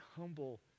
humble